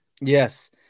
Yes